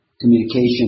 communication